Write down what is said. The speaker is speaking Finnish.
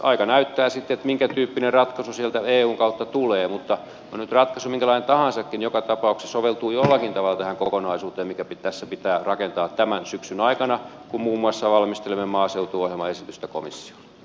aika näyttää sitten minkä tyyppinen ratkaisu sieltä eun kautta tulee mutta oli ratkaisu nyt minkälainen tahansa niin joka tapauksessa se soveltuu jollakin tavalla tähän kokonaisuuteen mikä tässä pitää rakentaa tämän syksyn aikana kun muun muassa valmistelemme maaseutuohjelmaesitystäkomins